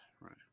Right